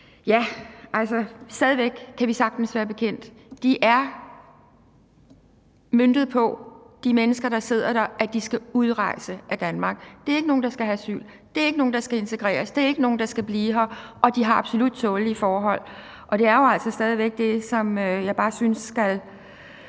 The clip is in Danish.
at vi sagtens kan være vores centre bekendt. De er møntet på, at de mennesker, der sidder der, skal udrejse af Danmark. Det er ikke nogen, som skal have asyl; det er ikke nogen, der skal integreres; det er ikke nogen, der skal blive her – og de har absolut tålelige forhold. Det, jeg altså stadigvæk synes skal